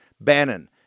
Bannon